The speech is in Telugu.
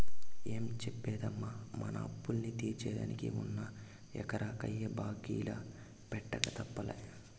ఏం చెప్పేదమ్మీ, మన అప్పుల్ని తీర్సేదానికి ఉన్న ఎకరా కయ్య బాంకీల పెట్టక తప్పలా